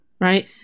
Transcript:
Right